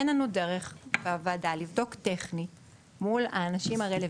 אין לנו דרך בוועדה לבדוק טכנית מול האנשים הרלוונטיים.